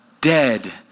dead